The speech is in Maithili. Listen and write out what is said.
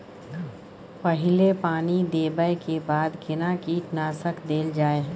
पहिले पानी देबै के बाद केना कीटनासक देल जाय?